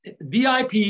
VIP